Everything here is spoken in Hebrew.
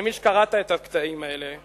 אני מבין שקראת את הקטעים האלה.